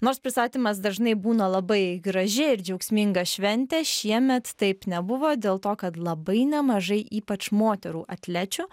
nors pristatymas dažnai būna labai graži ir džiaugsminga šventė šiemet taip nebuvo dėl to kad labai nemažai ypač moterų atlečių